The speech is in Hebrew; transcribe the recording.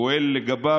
אני פועל לגביו,